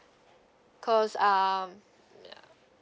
cause um ya